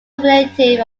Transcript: relative